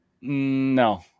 No